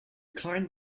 client